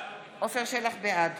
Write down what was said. בעד